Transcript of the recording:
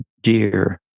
dear